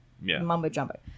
mumbo-jumbo